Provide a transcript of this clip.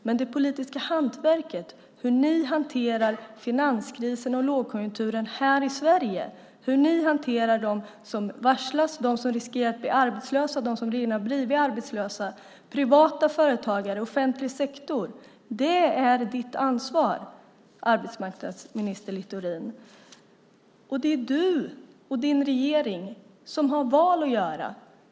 Men det politiska hantverket, hur ni hanterar finanskrisen och lågkonjunkturen här i Sverige, hur ni hanterar dem som varslas, dem som riskerar att bli arbetslösa, dem som redan har blivit arbetslösa, privata företagare och offentlig sektor är ditt ansvar, arbetsmarknadsminister Littorin. Det är du och din regering som har val att göra.